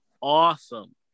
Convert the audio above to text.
awesome